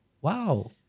wow